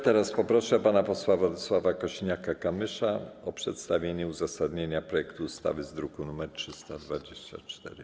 Teraz proszę pana posła Władysława Kosiniaka-Kamysza o przedstawienie uzasadnienia projektu ustawy z druku nr 324.